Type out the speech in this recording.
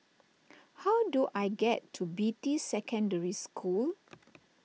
how do I get to Beatty Secondary School